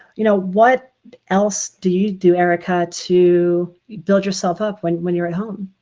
you know what else do you do, erica, to build yourself up when when you're at home?